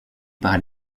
par